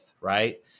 right